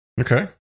Okay